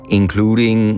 including